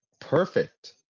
perfect